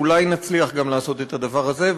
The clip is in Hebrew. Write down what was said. אולי נצליח גם לעשות את הדבר הזה,